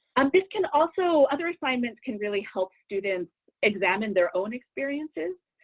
and this can also other assignments can really help students examine their own experiences.